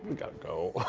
we gotta go!